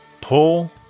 pull